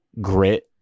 grit